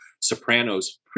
Sopranos